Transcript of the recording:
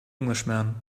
englishman